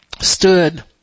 stood